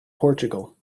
portugal